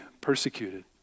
persecuted